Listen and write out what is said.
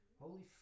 holy